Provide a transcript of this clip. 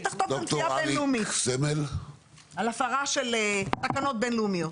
תחטוף גם תביעה בינלאומית על הפרות של תקנות בינלאומיות.